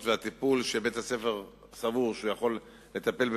והטיפול שבית-הספר סבור שהוא יכול לטפל,